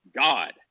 God